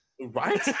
Right